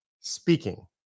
speaking